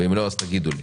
ואם לא אז תגידו לי.